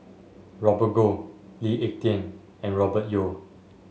Robert Goh Lee Ek Tieng and Robert Yeo